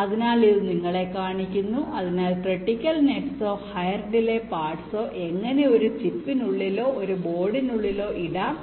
അതിനാൽ ഇത് നിങ്ങളെ കാണിക്കുന്നു അതിനാൽ ക്രിട്ടിക്കൽ നെറ്റ്സോ ഹയർ ഡിലെ പാർട്ട്സോ എങ്ങനെ ഒരു ചിപ്പിനുള്ളിലോ ഒരു ബോർഡിനുള്ളിലോ ഇടാം